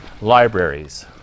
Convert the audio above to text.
libraries